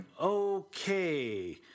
okay